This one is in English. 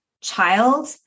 child